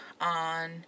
on